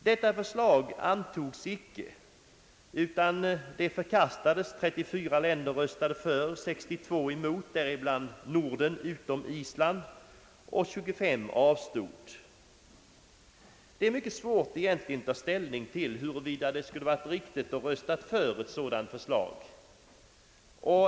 Detta förslag antogs inte, utan förkastades. 34 länder röstade för, 62 emot, däribland Norden utom Island, och 25 avstod. Det är mycket svårt att ta ställning till huruvida det skulle varit riktigt att rösta för ett sådant förslag.